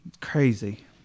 Crazy